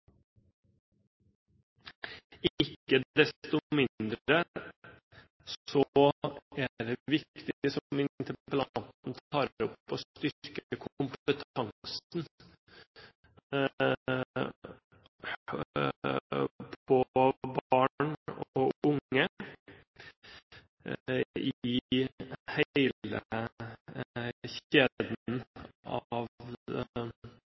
Ikke desto mindre er det viktig, som interpellanten tar opp, å styrke kompetansen når det gjelder barn og unge i hele